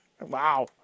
Wow